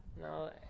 No